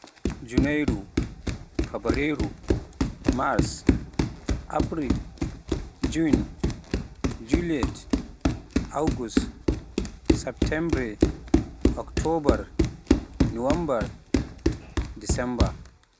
Junaire, Fevrier, Mars, Abriil, Juin, Juillet, Aout, Septembre, Oktoobar, Noowammbar, Desammbar